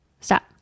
Stop